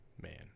man